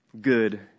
good